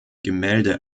gemälde